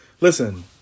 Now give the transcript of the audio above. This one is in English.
Listen